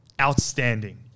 outstanding